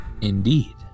Indeed